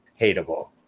hateable